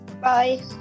bye